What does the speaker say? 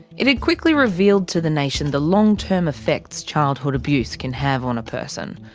it had quickly revealed to the nation the long-term effects childhood abuse can have on a person.